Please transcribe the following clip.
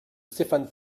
stéphane